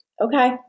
Okay